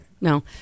No